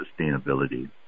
sustainability